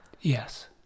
Yes